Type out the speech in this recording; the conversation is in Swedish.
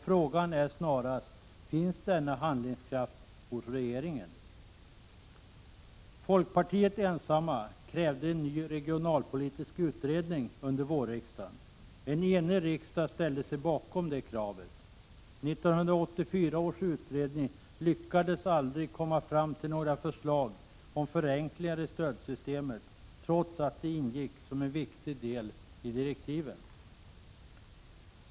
Frågan är snarast: Finns denna handlingskraft hos regeringen? Folkpartiet ensamt krävde en ny regionalpolitisk utredning under vårriksdagen. En enig riksdag ställde sig bakom det kravet. 1984 års utredning lyckades aldrig komma fram till några förslag om förenklingar i stödsystemet trots att det ingick som en viktig del i direktiven.